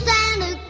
Santa